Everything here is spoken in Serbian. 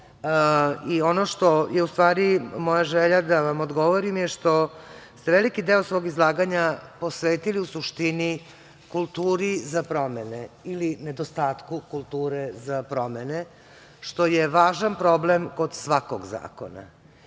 što je u stvari moja želja da vam odgovorim je što ste veliki deo svog izlaganja posvetili u suštini kulturi za promene ili nedostatku kulture za promene, što je važan problem kod svakog zakona. Ono